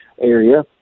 area